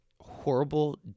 horrible